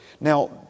Now